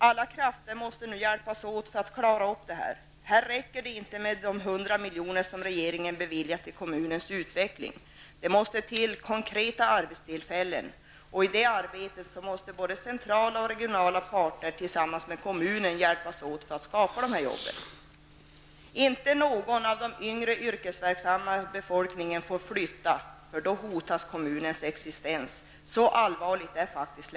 Alla krafter måste nu hjälpas åt för att klara upp detta. Här räcker det inte med att regeringen beviljat 100 milj.kr. för kommunsutveckling. Det måste till konkreta arbetstillfällen, och i det arbetet måste både centrala och regionala parter tillsammans med kommunen hjälpas åt för att skapa dessa jobb. Inte någon av den yngre yrkesverksamma befolkningen får flytta, för då hotas denna kommuns existens -- så allvarligt är läget.